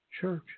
church